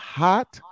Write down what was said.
hot